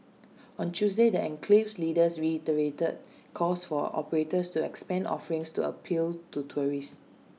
on Tuesday the enclave's leaders reiterated calls for operators to expand offerings to appeal to tourists